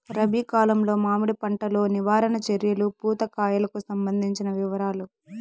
రబి కాలంలో మామిడి పంట లో నివారణ చర్యలు పూత కాయలకు సంబంధించిన వివరాలు?